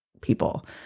people